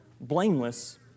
blameless